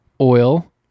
Oil